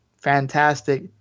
fantastic